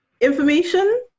information